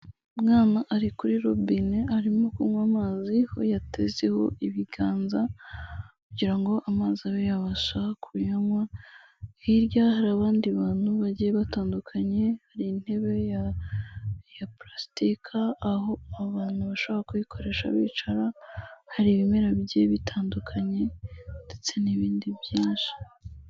Umwana ari kuri robine arimo kunywa amazi aho yatezeho ibiganza kugira ngo amazi abe yabasha kuyanywa, hirya hari abandi bantu bagiye batandukanye, hari intebe ya pulasitika, aho abantu bashobora kuyikoresha bicara, hari ibimera bigiye bitandukanye ndetse n'ibindi byinshi.